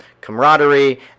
camaraderie